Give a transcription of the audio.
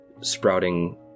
sprouting